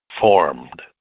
formed